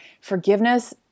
Forgiveness